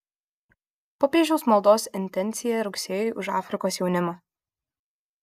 popiežiaus maldos intencija rugsėjui už afrikos jaunimą